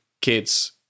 kid's